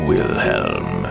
Wilhelm